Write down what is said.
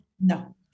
No